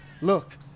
Look